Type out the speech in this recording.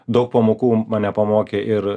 daug pamokų mane pamokė ir